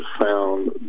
found